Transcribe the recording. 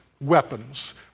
weapons